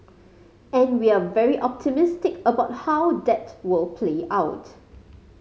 and we're very optimistic about how that will play out